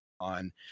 on